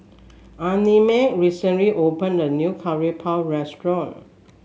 Annamae recently opened a new Curry Puff restaurant